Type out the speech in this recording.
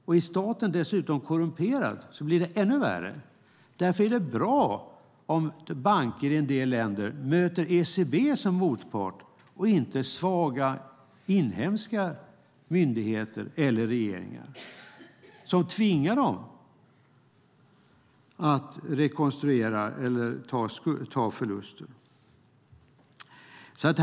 Om staten dessutom är korrumperad blir det ännu värre. Därför är det bra om bankerna i en del länder har ECB som motpart - i stället för svaga inhemska myndigheter eller regeringar - som tvingar dem att rekonstruera eller ta förlusterna.